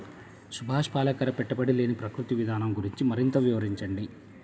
సుభాష్ పాలేకర్ పెట్టుబడి లేని ప్రకృతి విధానం గురించి మరింత వివరించండి